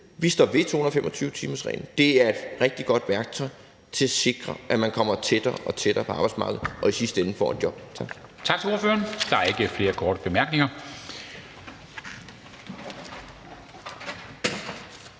Vi står ved 225-timersreglen, for det er et rigtig godt værktøj til at sikre, at man kommer tættere og tættere på arbejdsmarkedet og i sidste ende får et job. Tak.